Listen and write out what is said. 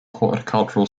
horticultural